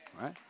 Right